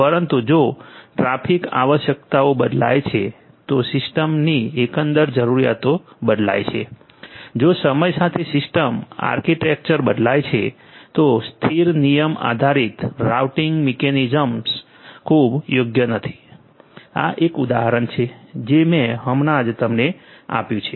પરંતુ જો ટ્રાફિક આવશ્યકતાઓ બદલાય છે તો સિસ્ટમની એકંદર જરૂરિયાતો બદલાય છે જો સમય સાથે સિસ્ટમ આર્કિટેક્ચર બદલાય છે તો સ્થિર નિયમ આધારિત રાઉટિંગ મિકેનિઝમ્સ ખૂબ યોગ્ય નથી આ એક ઉદાહરણ છે જે મેં હમણાં જ તમને આપ્યું છે